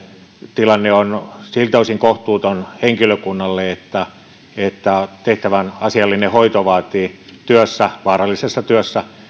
tilanne on kohtuuton henkilökunnalle siltä osin että tehtävän asiallinen hoito vaatii vaarallisessa työssä